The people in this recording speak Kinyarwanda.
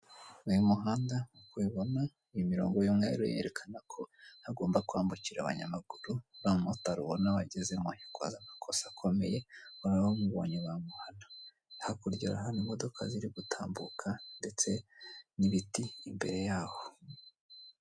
Uyu muhanda nk'uko ubibona iyi imirongo y'umweru yerekana ko hagomba kwambukira abanyamaguru uriya mumotari ubona wagezemo yakoze amakosa akomeye bamubonye bamuhana hakurya urabona imodoka ziri gutambuka ndetse n'ibiti imbere yaho.